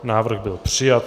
Návrh byl přijat.